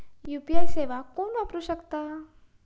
UPI सेवा कोण वापरू शकता?